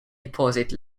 deposit